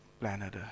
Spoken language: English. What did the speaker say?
planet